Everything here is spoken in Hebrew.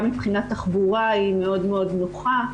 גם מבחינת תחבורה היא מאוד נוחה.